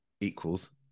equals